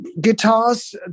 guitars